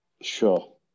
Sure